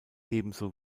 ebenso